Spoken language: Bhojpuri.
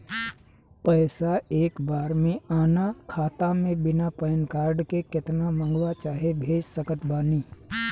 पैसा एक बार मे आना खाता मे बिना पैन कार्ड के केतना मँगवा चाहे भेज सकत बानी?